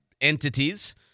entities